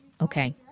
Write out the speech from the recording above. Okay